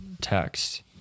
text